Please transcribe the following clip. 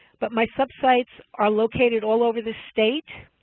but my sub-sites are located all over the state?